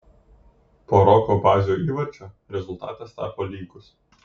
po roko bazio įvarčio rezultatas tapo lygus